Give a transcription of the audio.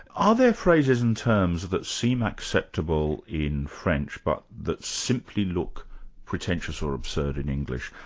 are there phrases and terms that seem acceptable in french but that simply look pretentious or absurd in english?